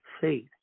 faith